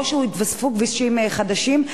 או שהתווספו כבישים חדשים,